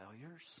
failures